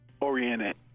oriented